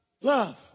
love